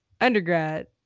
undergrad